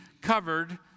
covered